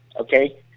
Okay